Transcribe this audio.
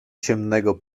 ciemnego